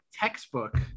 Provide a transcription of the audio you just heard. textbook